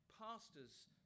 pastors